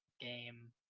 game